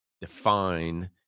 define